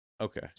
Okay